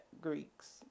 Greeks